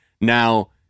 Now